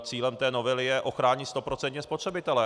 Cílem té novely je ochránit stoprocentně spotřebitele.